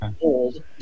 old